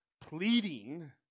Pleading